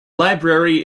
library